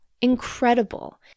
Incredible